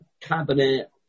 cabinet